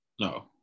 no